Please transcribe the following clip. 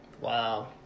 Wow